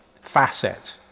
facet